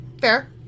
Fair